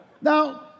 Now